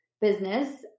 business